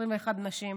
21 נשים.